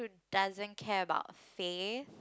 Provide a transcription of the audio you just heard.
doesn't care about faith